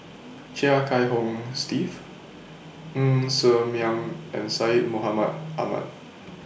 Chia Kiah Hong Steve Ng Ser Miang and Syed Mohamed Ahmed